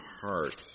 heart